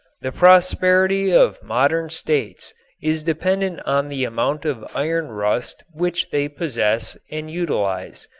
the prosperity of modern states is dependent on the amount of iron rust which they possess and utilize.